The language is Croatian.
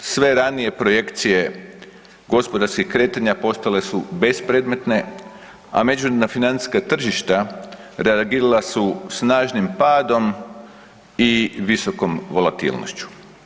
Sve ranije projekcije gospodarskih kretanja postale su bespredmetne a međunarodna financijska tržišta reagirala snažnim padom i visokom volatilnošću.